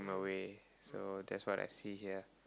away so that's what I see here